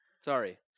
Sorry